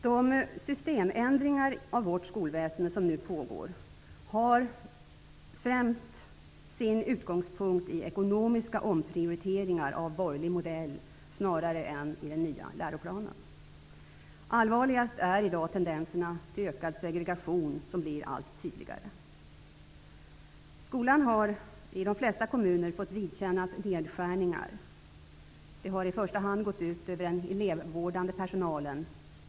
De systemförändringar av vårt skolväsende som nu pågår har främst sin utgångspunkt i ekonomiska omprioriteringar av borgerlig modell, snarare än i den nya läroplanen. Allvarligast är i dag tendenserna till ökad segregation, som blir allt tydligare. Skolan har i de flesta kommuner fått vidkännas nedskärningar. Det har i första hand gått ut över den elevvårdande personalen.